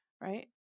right